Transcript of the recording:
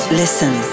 listen